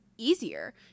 easier